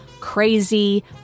crazy